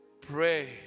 Pray